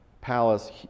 palace